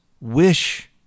wish